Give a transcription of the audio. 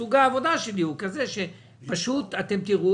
סוג העבודה שלי הוא כזה שפשוט אתם תראו